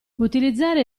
utilizzare